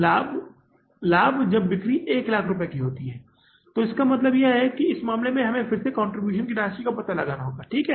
लाभ जब बिक्री 100000 रुपये की होती है तो इसका मतलब है कि इस मामले में फिर से हमें कंट्रीब्यूशन की राशि का पता लगाना होगा ठीक है